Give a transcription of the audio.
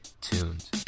tuned